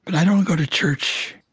but i don't go to church